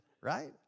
right